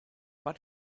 but